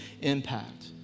impact